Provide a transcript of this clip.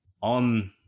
on